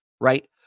right